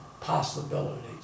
possibilities